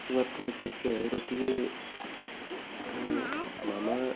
किमर्थमित्युक्ते रुचिः मम